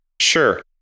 sure